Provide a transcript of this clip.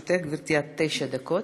לרשותך, גברתי, עד תשע דקות.